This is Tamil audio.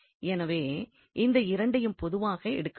எனவே இந்த இரண்டையும் பொதுவானதாக எடுக்கிறோம்